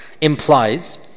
implies